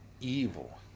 evil